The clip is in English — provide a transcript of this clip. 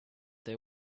they